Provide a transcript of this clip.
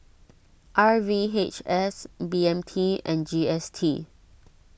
R V H S B M T and G S T